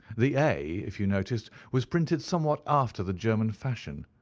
the a, if you noticed, was printed somewhat after the german fashion.